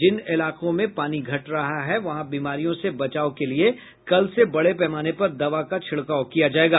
जिन इलाकों में पानी घट रहा है वहां बीमारियों से बचाव के लिये कल से बड़े पैमाने पर दवा का छिड़काव किया जायेगा